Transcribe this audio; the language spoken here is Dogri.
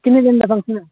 किन्ने दिन दा फंक्शन ऐ